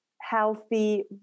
healthy